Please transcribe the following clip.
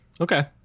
Okay